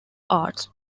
arts